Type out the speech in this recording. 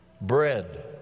bread